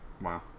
Wow